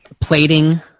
plating